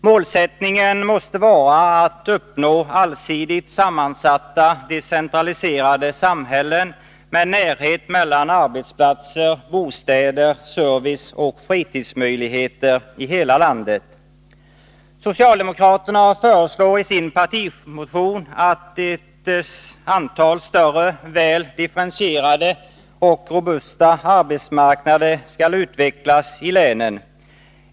Målsättningen måste vara att uppnå allsidigt sammansatta decentraliserade samhällen med närhet mellan arbetsplatser, bostäder, service och fritidsmöjligheter i hela landet. Socialdemokraterna föreslår i sin partimotion att ett antal större, väl differentierade och robusta arbetsmarknader skall utvecklas i länen.